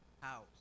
house